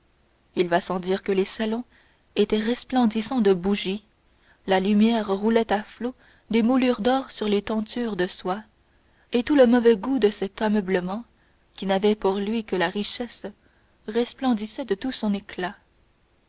il va sans dire que les salons étaient resplendissants de bougies la lumière roulait à flots des moulures d'or sur les tentures de soie et tout le mauvais goût de cet ameublement qui n'avait pour lui que la richesse resplendissait de tout son éclat